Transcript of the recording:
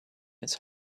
his